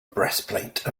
breastplate